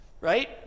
Right